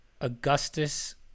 augustus